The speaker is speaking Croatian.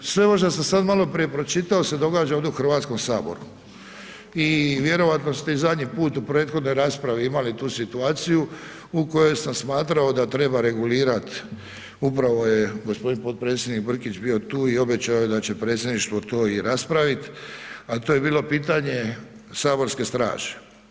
Sve ovo što sam sad maloprije pročitao se događa ovdje u Hrvatskome saboru i vjerojatno ste i zadnji put u prethodnoj raspravi imali tu situaciju u kojoj sam smatrao da treba regulirati, upravo je g. potpredsjedniče Brkić bio tu i obećao je da će predsjedništvo to i raspraviti, a to je bilo pitanje Saborske straže.